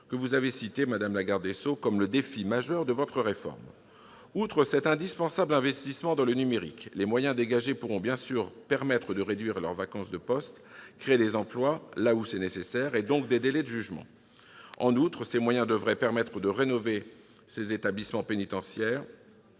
Vous en avez parlé, madame la garde des sceaux, comme du défi majeur devant être relevé grâce à votre réforme. Outre cet indispensable investissement dans le numérique, les moyens dégagés pourront bien sûr permettre de réduire les vacances de postes, de créer des emplois là où c'est nécessaire, et donc de diminuer les délais de jugement. Par ailleurs, ces moyens devraient permettre de rénover des établissements pénitentiaires